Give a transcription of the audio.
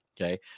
Okay